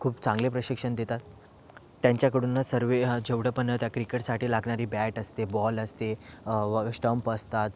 खूप चांगले प्रशिक्षण देतात त्यांच्याकडूनच सर्व जेवढं पण त्या क्रिकेटसाठी लागणारी बॅट असते बॉल असते स्टंप असतात